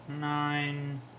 Nine